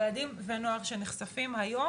ילדים ונוער שנחשפים היום,